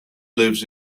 lives